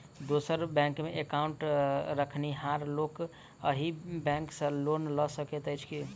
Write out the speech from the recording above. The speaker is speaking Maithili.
दोसर बैंकमे एकाउन्ट रखनिहार लोक अहि बैंक सँ लोन लऽ सकैत अछि की?